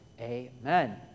amen